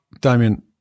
Damien